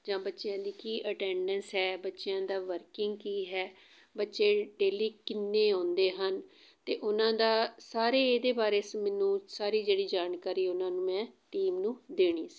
ਜਾਂ ਬੱਚਿਆਂ ਦੀ ਕੀ ਅਟੈਂਡੈਂਸ ਹੈ ਬੱਚਿਆਂ ਦਾ ਵਰਕਿੰਗ ਕੀ ਹੈ ਬੱਚੇ ਡੇਲੀ ਕਿੰਨੇ ਆਉਂਦੇ ਹਨ ਅਤੇ ਉਹਨਾਂ ਦਾ ਸਾਰੇ ਇਹਦੇ ਬਾਰੇ ਮੈਨੂੰ ਸਾਰੀ ਜਿਹੜੀ ਜਾਣਕਾਰੀ ਉਹਨਾਂ ਨੂੰ ਮੈਂ ਟੀਮ ਨੂੰ ਦੇਣੀ ਸੀ